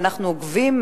ואנחנו עוקבים,